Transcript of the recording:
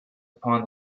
upon